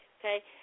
Okay